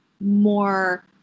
more